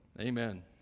Amen